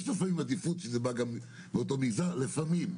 יש לפעמים עדיפות שזה יבוא מאותו מגזר לפעמים,